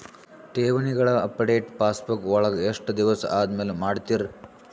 ಠೇವಣಿಗಳ update passbook ವಳಗ ಎಷ್ಟ ದಿವಸ ಆದಮೇಲೆ ಮಾಡ್ತಿರ್?